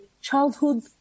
childhood